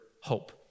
hope